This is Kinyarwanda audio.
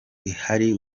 ihari